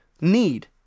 Need